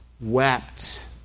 wept